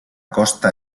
costa